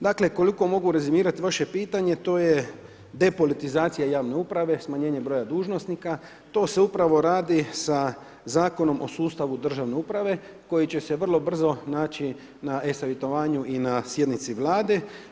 Dakle, koliko mogu rezimirati vaše pitanje, to je depolitizacija javne uprave, smanjenje broja dužnosnika, to se upravo radi sa Zakonom o sustavu državne uprave, koji će se vrlo brzo naći na e-savjetovanju i na sjednici vlade.